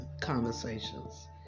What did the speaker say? conversations